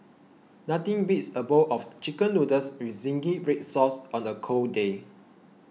nothing beats a bowl of Chicken Noodles with Zingy Red Sauce on a cold day